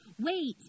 wait